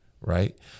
right